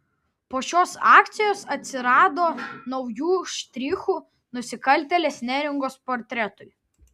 po šios akcijos atsirado naujų štrichų nusikaltėlės neringos portretui